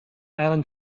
island